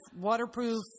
waterproof